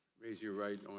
raise your right